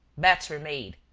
bets were made,